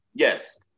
Yes